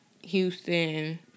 Houston